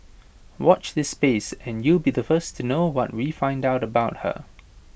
watch this space and you'll be the first to know what we find out about her